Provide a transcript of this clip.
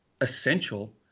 essential